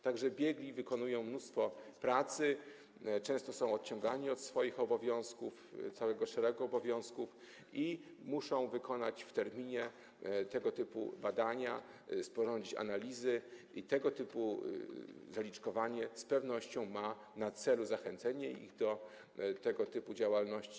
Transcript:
Tak że biegli wykonują mnóstwo pracy, często są odciągani od swoich obowiązków, całego szeregu obowiązków, i muszą wykonać w terminie tego typu badania, sporządzić analizy i zaliczkowanie z pewnością ma na celu zachęcenie ich do tego typu działalności.